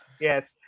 Yes